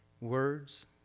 words